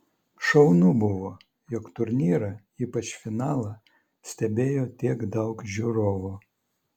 šaunu buvo jog turnyrą ypač finalą stebėjo tiek daug žiūrovų